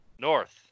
North